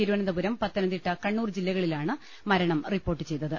തിരുവനന്തപുരം പത്തനംതിട്ട കണ്ണൂർ ജില്ല കളിലാണ് മരണം റിപ്പോർട്ട് ചെയ്തത്